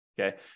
Okay